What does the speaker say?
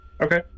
Okay